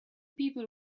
people